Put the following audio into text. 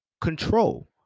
control